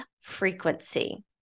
frequency